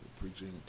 preaching